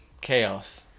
Chaos